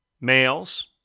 Males